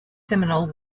seminole